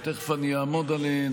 ותכף אעמוד עליהן,